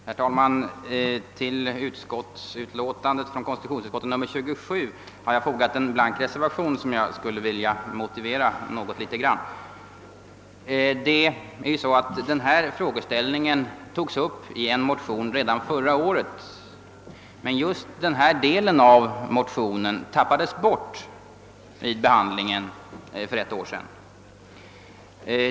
Herr talman! Till konstitutionsutskottets utlåtande nr 27 har jag fogat en blank reservation som jag skulle vilja motivera något. Frågan om mandatperioden togs upp i en motion redan förra året, men just den föreliggande frågeställningen tappades bort vid riksdagsbehandlingen då.